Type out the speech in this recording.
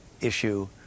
issue